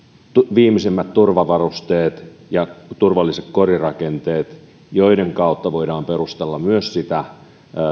viimeisimmät turvavarusteet ja turvalliset korirakenteet joiden kautta voidaan perustella myös sitä